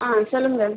ஆ சொல்லுங்கள்